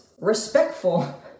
respectful